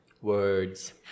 words